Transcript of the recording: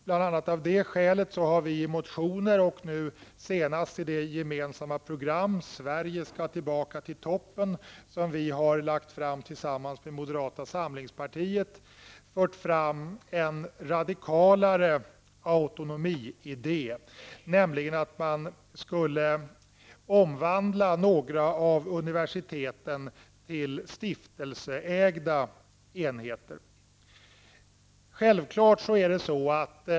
Bl.a. av det skälet har vi i motioner och nu senast i programmet Sverige skall tillbaka till toppen, som vi har lagt fram tillsammans med moderata samlingspartiet, fört fram en radikalare autonomiide. Man bör nämligen omvandla några av universiteten till stiftelseägda enheter.